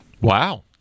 Wow